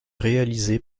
réalisée